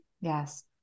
yes